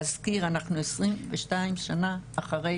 להזכיר, אנחנו 22 שנה אחרי